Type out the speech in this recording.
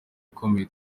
ikomeye